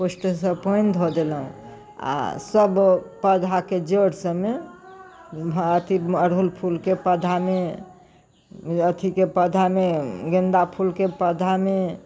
पुष्टसँ पानि धऽ देलहुँ आओर सब पौधाके जड़ि सबमे अथी अरहुल फूलके पौधामे अथीके पौधामे गेन्दा फूलके पौधामे